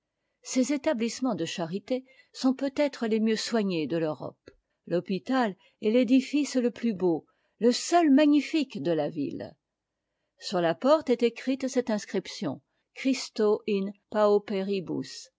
ses établissements de charité sont peut être les mieux soignés de l'europe l'hôpital est l'édifice le plus beau le seul magnifique de la ville sur la porte est écrite cette inscription chnsto in